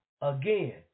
Again